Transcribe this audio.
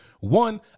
One